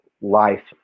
life